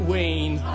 Wayne